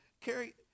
Carrie